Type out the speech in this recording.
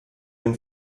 dem